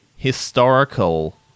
historical